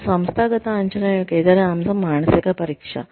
అప్పుడు సంస్థాగత అంచనా యొక్క ఇతర అంశం మానసిక పరీక్ష